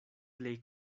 plej